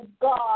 God